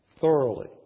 thoroughly